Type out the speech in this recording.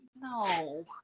No